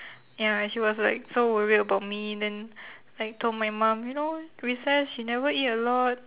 ya she was like so worried about me then like told my mom you know recess she never eat a lot